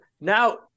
now